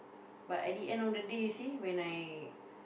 but at the end of the day see when I